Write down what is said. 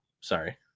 sorry